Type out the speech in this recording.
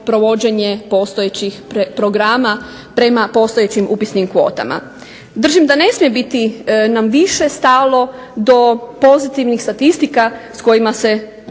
provođenje postojećih programa prema postojećim upisnim kvotama. Držim da ne smije nam biti više stalo do pozitivnih statistika s kojima se